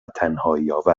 تنهاییآور